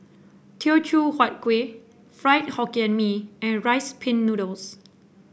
Teochew Huat Kuih Fried Hokkien Mee and Rice Pin Noodles